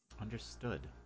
Understood